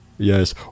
Yes